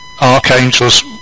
archangels